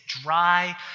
dry